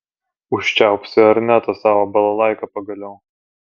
užčiaupsi ar ne tą savo balalaiką pagaliau